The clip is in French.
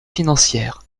financières